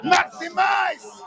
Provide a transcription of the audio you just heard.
Maximize